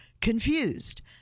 confused